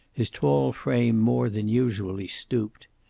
his tall frame more than usually stooped.